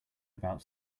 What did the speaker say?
about